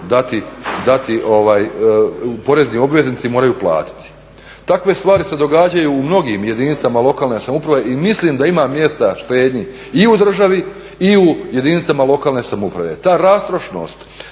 dati porezni obveznici moraju platiti. Takve stvari se događaju u mnogim jedinicama lokalne samouprave i mislim da ima mjesta štednji i u državi i jedinicama lokalne samouprave. Ta rastrošnost,